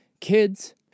kids